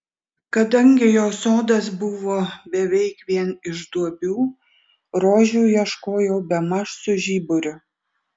kadangi jos sodas buvo beveik vien iš duobių rožių ieškojau bemaž su žiburiu